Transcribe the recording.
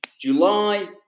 July